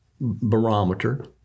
barometer